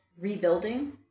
rebuilding